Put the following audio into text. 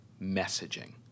messaging